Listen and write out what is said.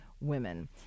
women